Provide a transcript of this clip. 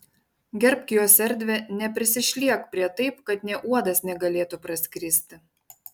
gerbk jos erdvę neprisišliek prie taip kad nė uodas negalėtų praskristi